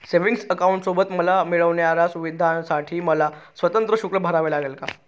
Savings अकाउंटसोबत मला मिळणाऱ्या सुविधांसाठी मला स्वतंत्र शुल्क भरावे लागेल का?